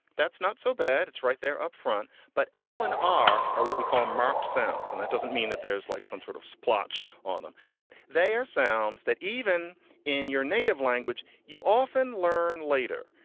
that's not so bad. it's right there upfront. but alan, are are what we call marked sounds. and that doesn't mean that there's like some sort of splotch on them, but they are sounds that even in your native language, you often learn later.